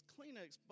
Kleenex